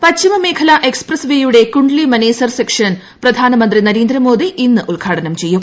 ന് പശ്ചിമ മേഖല എക്സ്പ്രസ്വെയുടെ കുണ്ട്ലി മനേസർ സെക്ഷൻ പ്രധാനമന്ത്രി നരേന്ദ്രമോദ്യി ്ഇന്ന് ഉദ്ഘാടനം ചെയ്യും